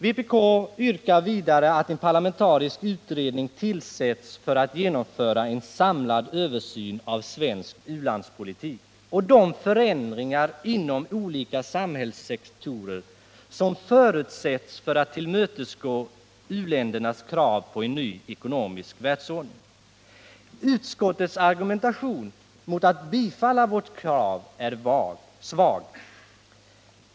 Vpk yrkar vidare att en parlamentarisk utredning tillsätts för att genomföra 28 en samlad översyn av svensk u-landspolitik och de förändringar inom olika samhällssektorer som förutsätts för att tillmötesgå u-ländernas krav på en ny ekonomisk världsordning. Utskottets argumentation mot att bifalla vårt krav är svag.